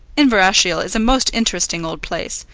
inverashiel is a most interesting old place,